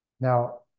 Now